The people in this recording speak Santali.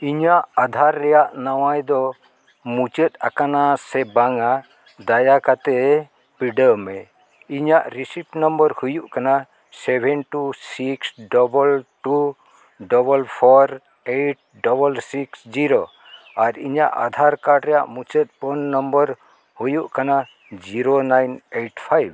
ᱤᱧᱟᱹᱜ ᱟᱫᱷᱟᱨ ᱨᱮᱱᱟᱜ ᱱᱟᱣᱟᱭ ᱫᱚ ᱢᱩᱪᱟᱹᱫ ᱟᱠᱟᱱᱟ ᱥᱮᱵᱟᱝ ᱫᱟᱭᱟ ᱠᱟᱛᱮᱫ ᱵᱤᱰᱟᱹᱣᱢᱮ ᱤᱧᱟᱹᱜ ᱨᱤᱥᱤᱯᱴ ᱱᱟᱢᱵᱟᱨ ᱦᱩᱭᱩᱜ ᱠᱟᱱᱟ seven two six double two double four eight double six zero ᱟᱨ ᱤᱧᱟᱹᱜ ᱟᱫᱷᱟᱨ ᱠᱟᱨᱰ ᱨᱮᱱᱟᱜ ᱢᱩᱪᱟᱹᱫ ᱯᱩᱱ ᱱᱟᱢᱵᱟᱨ ᱦᱩᱭᱩᱜ ᱠᱟᱱᱟ ᱡᱤᱨᱳ ᱱᱟᱭᱤᱱ ᱮᱭᱤᱴ ᱯᱷᱟᱭᱤᱵᱽ